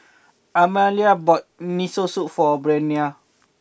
Amalia bought Miso Soup for Breonna